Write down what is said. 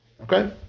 Okay